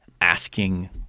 asking